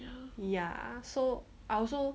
ya so I also